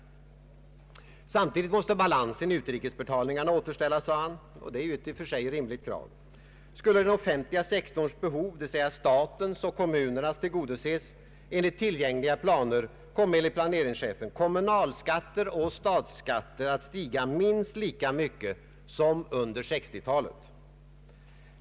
Samtidigt måste, sade han, balansen i utrikesbetalningarna återställas — ett i och för sig rimligt krav. Skulle den offentliga sektorns behov, d.v.s. statens och kommunernas, tillgodoses enligt tillgängliga planer, skulle enligt planeringschefen kommunalskatter och statsskatter stiga minst lika mycket som under 1960-talet.